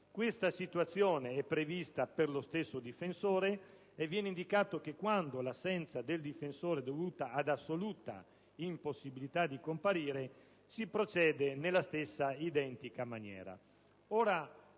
Questa situazione è prevista per lo stesso difensore e viene indicato che, quando l'assenza del difensore è dovuta ad assoluta impossibilità di comparire, si procede nella stessa identica maniera.